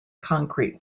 concrete